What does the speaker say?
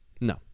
No